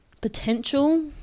potential